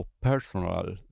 personal